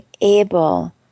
able